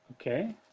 Okay